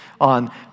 on